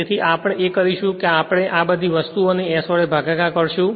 તેથી આપણે એ કરીશું કે આપણે આ બધી વસ્તુઓ ને s વડે ભાગાકાર કરશું